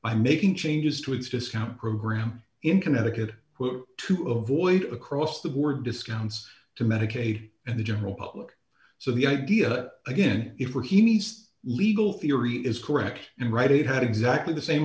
by making changes to its discount program in connecticut to avoid across the board discounts to medicaid and the general public so the idea again if were he needs legal theory is correct and right it had exactly the same